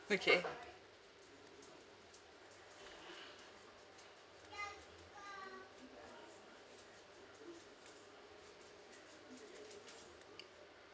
okay